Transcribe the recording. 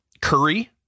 curry